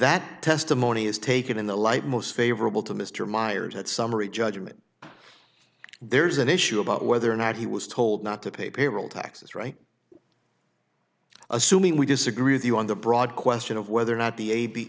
that testimony is taken in the light most favorable to mr meyers at summary judgment there's an issue about whether or not he was told not to pay payroll taxes right assuming we disagree with you on the broad question of whether or not the a